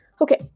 okay